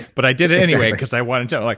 but i did it anyway because i wanted to. like